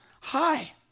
hi